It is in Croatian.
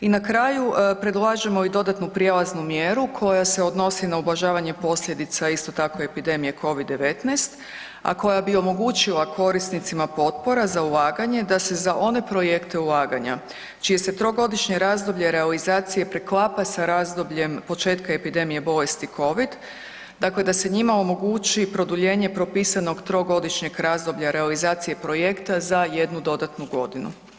I na kraju, predlažemo i dodatnu prijelaznu mjeru koja se odnosi na ublažavanje posljedica, isto tako epidemije COVID-19, a koja bi omogućila korisnicima potpora za ulaganje da se za one projekte ulaganja čije se trogodišnje razdoblje realizacije preklapa sa razdobljem početka epidemije bolesti COVID, dakle da se njima omogući produljenje propisanog trogodišnjeg razdoblja realizacije projekta za jednu dodatnu godinu.